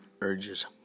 urges